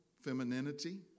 femininity